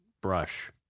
brush